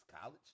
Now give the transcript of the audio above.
college